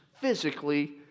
physically